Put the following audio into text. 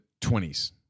20s